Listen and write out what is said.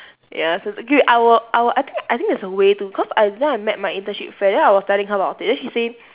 ya so exactly I will I will I think I think there's a way to cause I that time I met my internship friend then I was telling her about it then she say